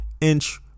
inch